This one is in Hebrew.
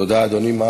תודה, אדוני.